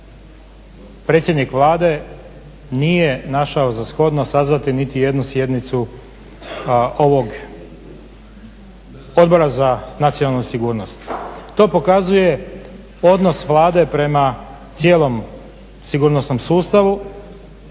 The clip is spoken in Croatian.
predsjednik Vlade nije našao za shodno sazvati niti jednu sjednicu ovog Odbora za nacionalnu sigurnost. To pokazuje odnos Vlade prema cijelom sigurnosnom sustavu,